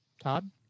Todd